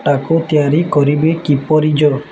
Taco ତିଆରି କରିବେ କିପରି